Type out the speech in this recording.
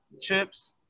chips